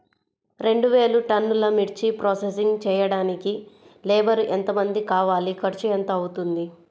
రెండు వేలు టన్నుల మిర్చి ప్రోసెసింగ్ చేయడానికి లేబర్ ఎంతమంది కావాలి, ఖర్చు ఎంత అవుతుంది?